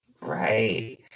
Right